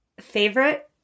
favorite